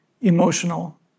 emotional